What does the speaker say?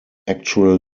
actual